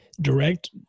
direct